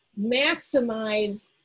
maximize